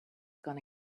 gonna